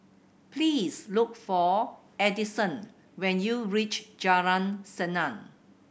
please look for Addison when you reach Jalan Senang